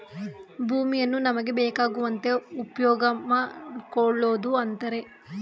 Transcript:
ಭೂಮಿಯನ್ನು ನಮಗೆ ಬೇಕಾಗುವಂತೆ ಉಪ್ಯೋಗಮಾಡ್ಕೊಳೋದು ಅಂತರೆ